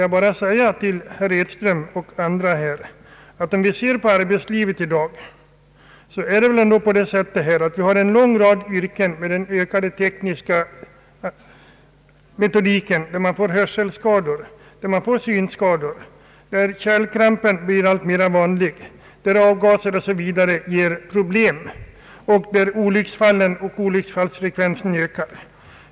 Jag vill till herr Edström och andra här i kammaren säga, att det i arbetslivet i dag med den tekniska utveckling som ägt rum finns en lång rad yrken där det blivit allt vanligare att yrkesutövarna drabbas av hörselskador, synskador och kärlkramp och där avgaser osv. kommit att bli stora pro blem. Till följd härav har olycksfallsfrekvensen ökat.